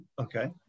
Okay